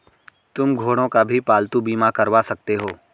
तुम घोड़ों का भी पालतू बीमा करवा सकते हो